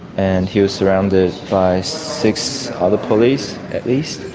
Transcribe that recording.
and he was surrounded by six other police at least.